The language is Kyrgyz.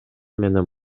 менен